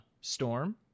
Storm